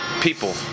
People